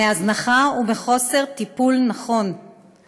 מהזנחה וחוסר טיפול נכון";